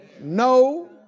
no